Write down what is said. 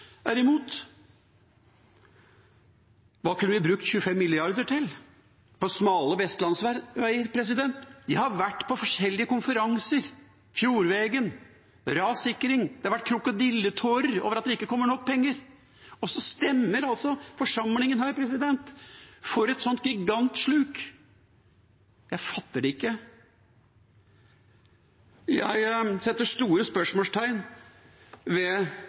er imot. Hva kunne vi brukt 25 mrd. kr til på smale vestlandsveier? Jeg har vært på forskjellige konferanser – Fjordvegen, rassikring. Det har vært krokodilletårer over at det ikke kommer nok penger. Og så stemmer forsamlingen her for et sånt gigantsluk. Jeg fatter det ikke. Jeg setter store spørsmålstegn ved